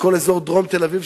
בכל אזור דרום תל-אביב,